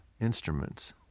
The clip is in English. instruments